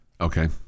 Okay